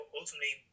ultimately